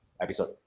episode